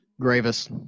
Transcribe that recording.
Gravis